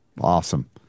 Awesome